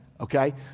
okay